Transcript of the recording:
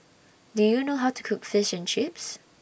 Do YOU know How to Cook Fish and Chips